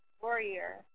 Warrior